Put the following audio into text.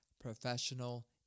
professional